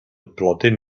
blodyn